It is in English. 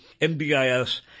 MBIS